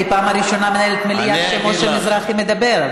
אני פעם ראשונה מנהלת מליאה כשמשה מזרחי מדבר,